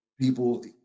people